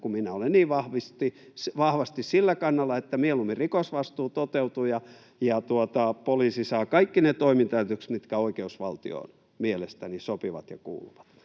kun olen niin vahvasti sillä kannalla, että mieluummin rikosvastuu toteutuu ja poliisi saa kaikki ne toimintaedellytykset, mitkä oikeusvaltioon mielestäni sopivat ja kuuluvat.